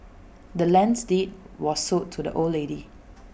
the land's deed was sold to the old lady